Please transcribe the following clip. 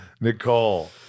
Nicole